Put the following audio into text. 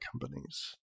companies